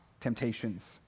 temptations